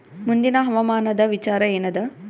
ಮುಂದಿನ ಹವಾಮಾನದ ವಿಚಾರ ಏನದ?